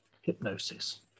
hypnosis